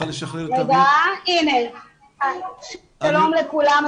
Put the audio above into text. שלום לכולם.